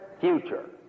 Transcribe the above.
future